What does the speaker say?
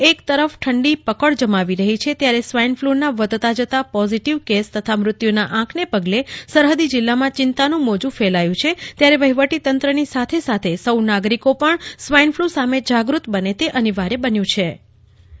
એક તરફ ઠંડી પકડ જમાવી રહી છે ત્યારે સ્વાઈન ફ્લુના વધતા જતા પોઝીટીવ કેસ તથા મૃત્યુના આંકને પગલે સરહદી જીલ્લામાં ચિંતાનું મોજું ફેલાથું છે ત્યારે વહીવટી તંત્રની સાથે સાથે સૌ નાગરીકો પણ સ્વાઈન ફ્લુ સામે જાગૃત બને તે અનિવાર્ય બન્યું છે કલ્પના શાહ્ ડો